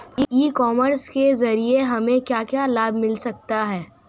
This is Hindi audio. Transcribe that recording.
ई कॉमर्स के ज़रिए हमें क्या क्या लाभ मिल सकता है?